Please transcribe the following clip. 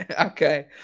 okay